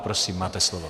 Prosím, máte slovo.